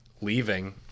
leaving